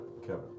Kevin